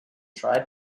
tried